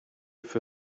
für